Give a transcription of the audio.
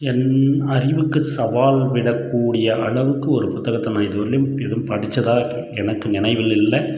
என் அறிவுக்கு சவால் விட கூடிய அளவுக்கு ஒரு புத்தகத்தை நான் இது வரையிலையும் எதுவும் படிச்சதாக எனக்கு நினைவில் இல்லை